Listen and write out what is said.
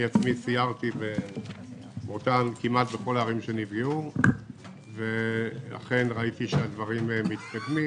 אני עצמי סיירתי כמעט בכל הערים שנפגעו וראיתי שאכן הדברים מתקדמים.